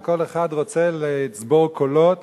וכל אחד רוצה לצבור כוחות